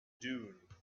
dune